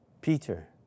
Peter